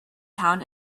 town